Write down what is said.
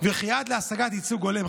וכי עד להשגת ייצוג הולם,